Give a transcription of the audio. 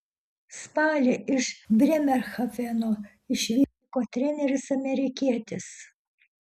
spalį iš brėmerhafeno išvyko treneris amerikietis